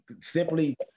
Simply